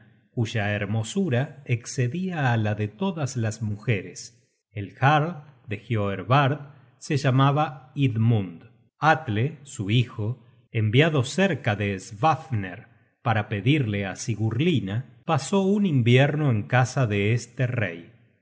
cuya hermosura escedia á la de todas las mujeres el jarl de hioervard se llamaba idmund atle su hijo enviado cerca de svafner para pedirle á sigurlinna pasó un invierno en casa de este rey